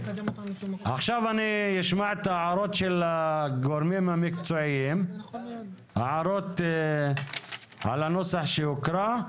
עכשיו אני אשמע את ההערות של הגורמים המקצועיים על הנוסח שהוקרא,